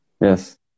Yes